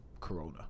Corona